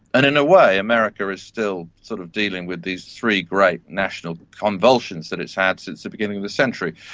and in a way america is still sort of dealing with these three great national convulsions that it's had since the beginning of the century.